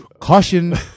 Caution